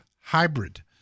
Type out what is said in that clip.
Hybrid